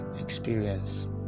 experience